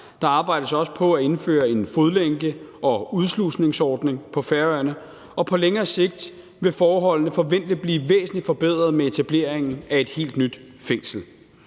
Der arbejdes også på at indføre en fodlænke- og udslusningsordning på Færøerne, og på længere sigt vil forholdene forventelig blive væsentlig forbedret med etableringen af et helt nyt fængsel.